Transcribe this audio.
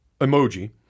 emoji